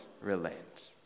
relent